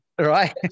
Right